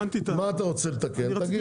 מה אתה רוצה לתקן תגיד.